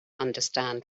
understand